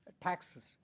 taxes